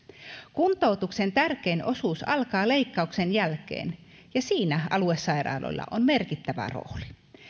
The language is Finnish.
kuntoutuksen tärkein osuus alkaa leikkauksen jälkeen ja siinä aluesairaaloilla on merkittävä rooli